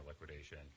liquidation